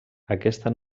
aquesta